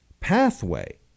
pathway